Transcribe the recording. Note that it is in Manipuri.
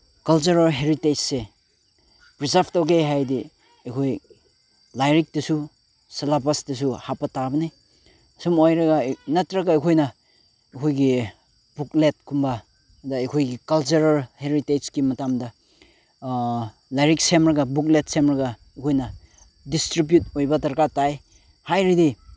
ꯀꯜꯆꯔꯦꯜ ꯍꯦꯔꯤꯇꯦꯖꯁꯦ ꯄ꯭ꯔꯤꯖꯥꯞ ꯇꯧꯒꯦ ꯍꯥꯏꯔꯗꯤ ꯑꯩꯈꯣꯏ ꯂꯥꯏꯔꯤꯛꯇꯁꯨ ꯁꯦꯂꯦꯕꯁꯇꯁꯨ ꯍꯥꯞꯄ ꯇꯥꯕꯅꯤ ꯁꯨꯝ ꯑꯣꯏꯔꯒ ꯅꯠꯇ꯭ꯔꯒ ꯑꯩꯈꯣꯏꯅ ꯑꯩꯈꯣꯏꯒꯤ ꯕꯨꯛꯂꯦꯠꯀꯨꯝꯕꯗ ꯑꯩꯈꯣꯏꯒꯤ ꯀꯜꯆꯔꯦꯜ ꯍꯦꯔꯤꯇꯦꯖꯀꯤ ꯃꯇꯥꯡꯗ ꯂꯥꯏꯔꯤꯛ ꯁꯦꯝꯂꯒ ꯕꯨꯛꯂꯦꯠ ꯁꯦꯝꯂꯒ ꯑꯩꯈꯣꯏꯅ ꯗꯤꯁꯇ꯭ꯔꯤꯕ꯭ꯌꯨꯠ ꯑꯣꯏꯕ ꯗꯔꯀꯥꯔ ꯇꯥꯏ ꯍꯥꯏꯔꯗꯤ